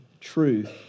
truth